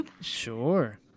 Sure